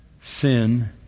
Sin